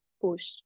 push